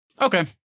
Okay